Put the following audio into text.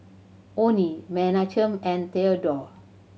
Onie Menachem and Thedore